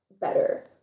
better